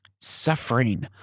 suffering